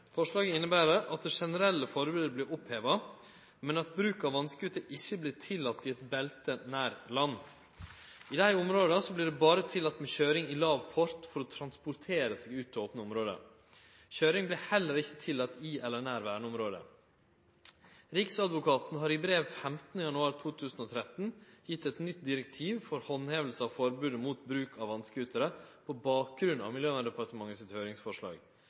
Forslaget inneber at det generelle forbodet vert oppheva, men at bruk av vasscooter ikkje vert tillate i eit belte nær land. I desse områda vert det berre tillate med køyring i låg fart for å transportere seg ut til opne område. Køyring vert heller ikkje tillate i eller nær verneområde. Riksadvokaten har i brev 15. januar 2013 gjeve eit nytt direktiv for handheving av forbodet mot bruk av vasscooterar på bakgrunn av Miljøverndepartementet sitt høyringsforslag.